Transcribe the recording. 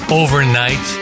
overnight